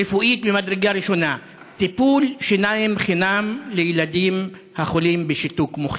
רפואית ממדרגה ראשונה: טיפול שיניים חינם לילדים החולים בשיתוק מוחין.